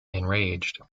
enraged